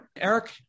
Eric